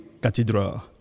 cathedral